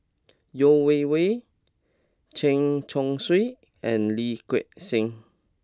Yeo Wei Wei Chen Chong Swee and Lee Gek Seng